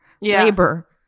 labor